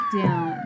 down